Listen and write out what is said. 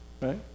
Right